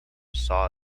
saw